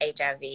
HIV